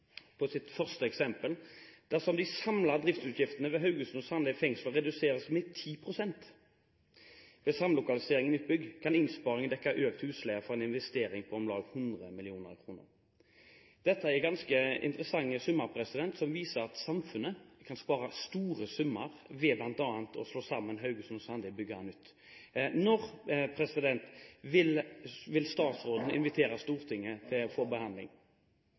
første eksemplaret, står det at dersom de samlede driftsutgiftene ved Haugesund fengsel og Sandeid fengsel reduseres med 10 pst. ved samlokalisering i nytt bygg, kan innsparingen dekke økt husleie for en investering på om lag 100 mill. kr. Dette er en ganske interessant sum som viser at samfunnet kan spare store summer ved bl.a. å slå sammen Haugesund fengsel og Sandeid fengsel og bygge nytt. Når vil statsråden invitere Stortinget til